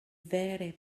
vere